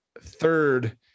third